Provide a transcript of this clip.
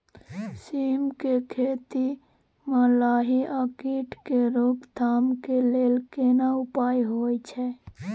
सीम के खेती म लाही आ कीट के रोक थाम के लेल केना उपाय होय छै?